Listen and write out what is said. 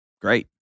Great